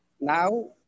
now